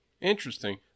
Interesting